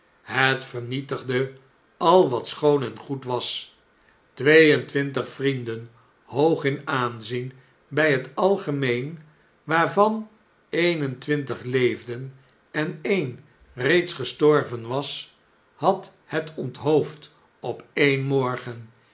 het vernietigde al wat schoon en goed was twee en twintig vrienden hoog in aanzien bij het aigemeen waarvan een en twintig leefden en een reeds gestorven was had het onthoofd op een morgen